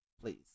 please